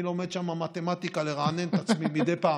אני לומד שם מתמטיקה כדי לרענן את עצמי מדי פעם.